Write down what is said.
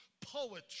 poetry